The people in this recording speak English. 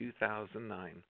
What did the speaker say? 2009